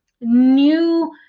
New